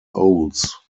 owls